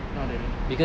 I don't know